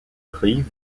rive